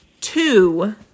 Two